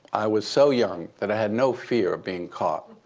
i was so young that i had no fear of being caught.